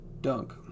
dunk